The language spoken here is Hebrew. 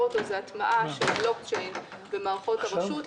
הוא הטמעה של בלוקצ'יין במערכות הרשות.